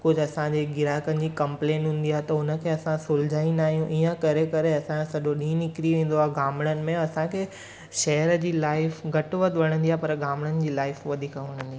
कुझु असांजे ग्राहकनि जी कंप्लेन हूंदी आहे त उन खे असां सुलझाईंदा आहियूं इअं करे करे असांजो सॼो ॾींहुं निकिरी वेंदो आहे गांमणनि में असांखे शहर जी लाईफ घटि वधि वणंदी आहे पर गांमणनि जी लाइफ वधीक वणंदी आहे